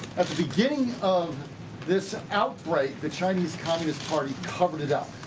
at the beginning of this outbreak the chinese communist party covered it up.